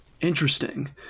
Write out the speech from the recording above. Interesting